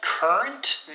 Current